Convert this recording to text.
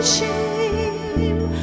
Shame